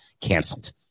canceled